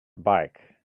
bike